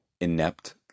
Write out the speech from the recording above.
inept